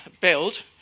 build